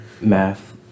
Math